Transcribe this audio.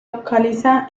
localiza